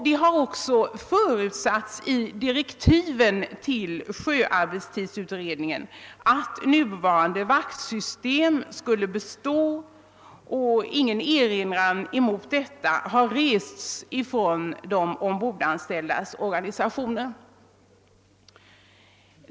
Det har också förutsatts i direktiven till sjöarbetstidsutredningen att nuvarande vaktsystem skulle bestå. Inte heller har någon erinran mot detta rests från de ombordanställdas organisationer.